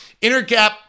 Intercap